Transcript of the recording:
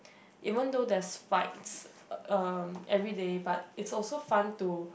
even though there's fights uh everyday but it's also fun to